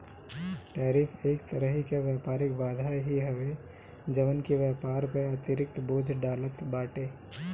tariff एक तरही कअ व्यापारिक बाधा ही हवे जवन की व्यापार पअ अतिरिक्त बोझ डालत बाटे